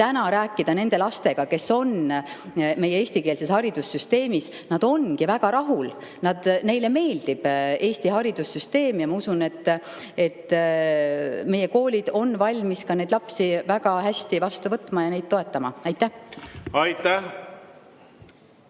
täna rääkida nende lastega, kes on meie eestikeelses haridussüsteemis, siis nad ongi väga rahul. Neile meeldib Eesti haridussüsteem. Ma usun, et meie koolid on valmis neid lapsi väga hästi vastu võtma ja neid toetama. Aitäh!